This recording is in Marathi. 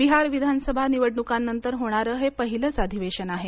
बिहार विधानसभा निवडणुकांनंतर होणारं हे पहिलंच अधिवेशन आहे